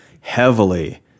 heavily